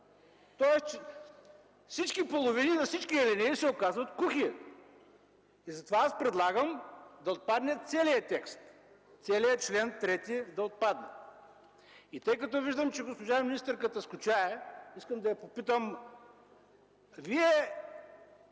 тоест всички половини на всички алинеи се оказват кухи. Затова аз предлагам да отпадне целият текст – целият чл. 3 да отпадне. Тъй като виждам, че госпожа министърката скучае, искам да я попитам: Вие